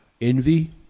envy